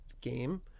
game